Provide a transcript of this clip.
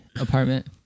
apartment